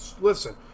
listen